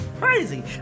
crazy